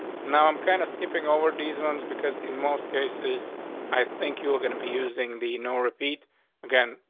now, i'm kind of skipping over these ones because in most cases i think you're gonna be using the no repeat again.